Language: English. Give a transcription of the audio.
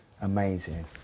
amazing